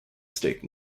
steak